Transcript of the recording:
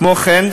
כמו כן,